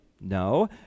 No